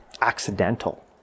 accidental